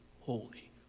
holy